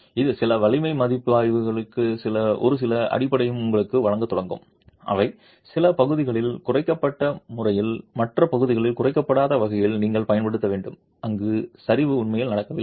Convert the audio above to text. இது சில வலிமை மதிப்புகளுக்கு ஒரு அடிப்படையை உங்களுக்கு வழங்கத் தொடங்கும் அவை சில பகுதிகளில் குறைக்கப்பட்ட முறையில் மற்ற பகுதிகளில் குறைக்கப்படாத வகையில் நீங்கள் பயன்படுத்த வேண்டும் அங்கு சரிவு உண்மையில் நடக்கவில்லை